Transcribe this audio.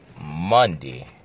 Monday